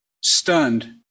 Stunned